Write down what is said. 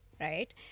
Right